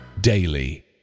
daily